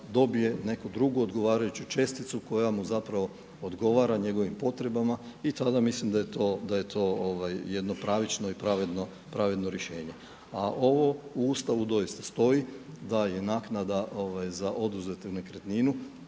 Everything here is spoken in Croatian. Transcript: dobije neku drugu odgovarajuću česticu koja mu zapravo odgovara njegovim potrebama i tada mislim da je to jedno pravično i pravedno rješenje. A ovo u Ustavu doista stoji da je naknada za oduzetu nekretninu